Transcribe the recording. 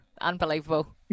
Unbelievable